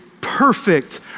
perfect